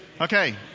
Okay